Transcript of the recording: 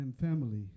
Family